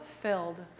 filled